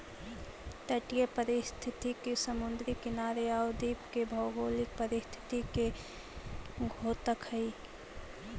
तटीय पारिस्थितिकी समुद्री किनारे आउ द्वीप के भौगोलिक परिस्थिति के द्योतक हइ